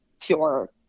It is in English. pure